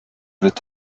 wird